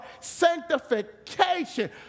sanctification